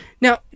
Now